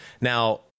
Now